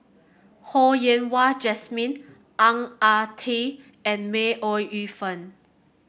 Ho Yen Wah Jesmine Ang Ah Tee and May Ooi Yu Fen